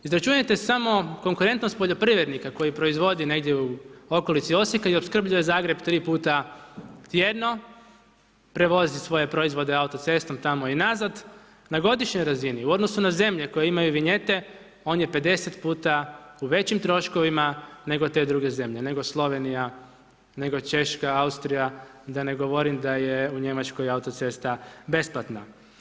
Izračunajte samo konkretnost poljoprivrednika koji proizvodi negdje u okolici Osijeka i opskrbljuje Zagreb 3 puta tjedno, prevozi svoje proizvode autocestom tamo i nazad na godišnjoj razini u odnosu na zemlje koji imaju vinjete, on je 50 puta u većim troškovima nego te druge zemlje, nego Slovenija, nego Češka, Austrija, da ne govorim da je u Njemačkoj autocesta besplatna.